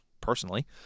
personally